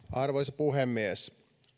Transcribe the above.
arvoisa puhemies